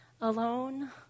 alone